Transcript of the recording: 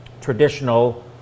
traditional